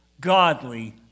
Godly